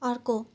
अर्को